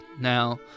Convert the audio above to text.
now